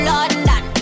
London